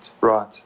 right